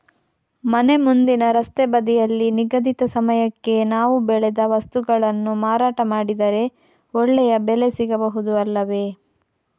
ಮನೆ ಮುಂದಿನ ರಸ್ತೆ ಬದಿಯಲ್ಲಿ ನಿಗದಿತ ಸಮಯಕ್ಕೆ ನಾವು ಬೆಳೆದ ವಸ್ತುಗಳನ್ನು ಮಾರಾಟ ಮಾಡಿದರೆ ಒಳ್ಳೆಯ ಬೆಲೆ ಸಿಗಬಹುದು ಅಲ್ಲವೇ?